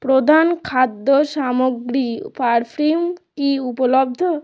প্রধান খাদ্য সামগ্রী পারফিউম কি উপলব্ধ